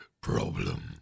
problem